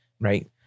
Right